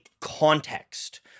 context